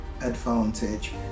advantage